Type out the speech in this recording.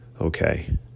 okay